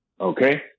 Okay